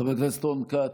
חבר הכנסת רון כץ,